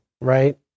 right